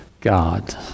God